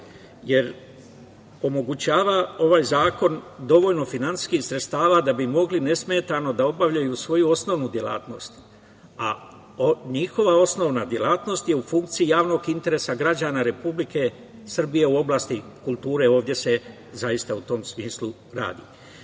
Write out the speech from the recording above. jer omogućava ovaj zakon dovoljno finansijskih sredstava da bi mogli nesmetano da obavljaju svoju osnovnu delatnost, a njihova osnovna delatnost je u funkciji javnog interesa građana Republike Srbije u oblasti kulture. Ovde se zaista u tom smislu radi. Ono